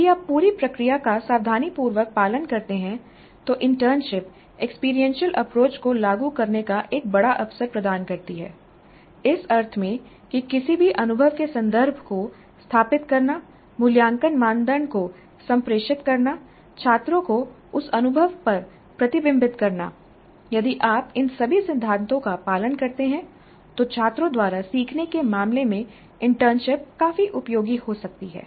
यदि आप पूरी प्रक्रिया का सावधानीपूर्वक पालन करते हैं तो इंटर्नशिप एक्सपीरियंशियल अप्रोच को लागू करने का एक बड़ा अवसर प्रदान करती है इस अर्थ में कि किसी भी अनुभव के संदर्भ को स्थापित करना मूल्यांकन मानदंड को संप्रेषित करना छात्रों को उस अनुभव पर प्रतिबिंबित करना यदि आप इन सभी सिद्धांतों का पालन करते हैं तो छात्रों द्वारा सीखने के मामले में इंटर्नशिप काफी उपयोगी हो सकती है